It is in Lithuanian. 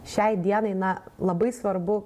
šiai dienai na labai svarbu